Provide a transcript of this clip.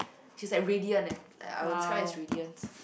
she's like radiant eh like I would described her as radiant